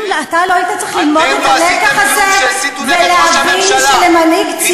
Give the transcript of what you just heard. אתם לא עשיתם כלום כשהסיתו נגד ראש הממשלה.